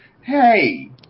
hey